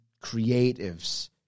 creatives